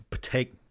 take